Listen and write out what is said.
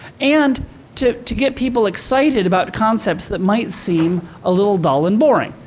and to to get people excited about concepts that might seem a little dull and boring.